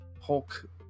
Hulk